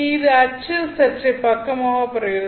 இது அச்சில் சற்றே பக்கமாக பரவுகிறது